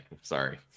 Sorry